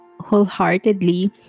wholeheartedly